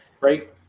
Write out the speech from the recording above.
Right